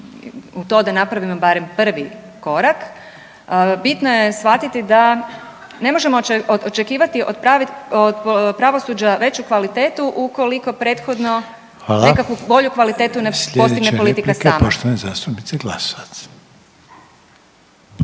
u to da napravimo barem prvi korak. Bitno je shvatiti da ne možemo očekivati od pravosuđa veću kvalitetu ukoliko prethodno neku …/Upadica Reiner: Hvala./… bolju kvalitetu ne postigne politika sama.